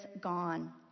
gone